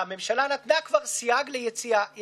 אי-אפשר ללמד לימודים קליניים